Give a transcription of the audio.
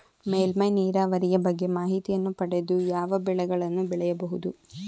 ಮೇಲ್ಮೈ ನೀರಾವರಿಯ ಬಗ್ಗೆ ಮಾಹಿತಿಯನ್ನು ಪಡೆದು ಯಾವ ಬೆಳೆಗಳನ್ನು ಬೆಳೆಯಬಹುದು?